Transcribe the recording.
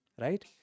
right